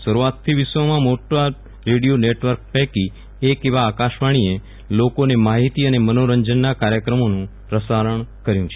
શરૂઆતથી વિશ્વમાં મોટા રેડિયો નેટવર્ક પૈકી એક એવા આકાશવાણીએ લોકોને માહિતી અને મનોરંજના કાર્યક્રમોનું પ્રસારણ કર્યુ છે